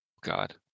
God